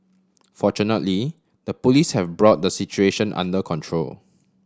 fortunately the Police have brought the situation under control